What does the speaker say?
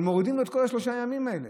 אבל מורידים את כל שלושת ימים האלה.